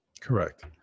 Correct